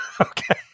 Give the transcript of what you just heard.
Okay